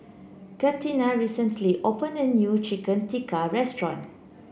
Catina recently opened a new Chicken Tikka restaurant